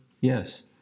Yes